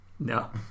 No